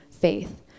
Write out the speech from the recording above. faith